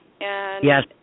Yes